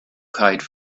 kite